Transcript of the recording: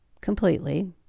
completely